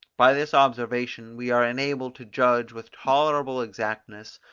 by this observation we are enabled to judge with tolerable exactness,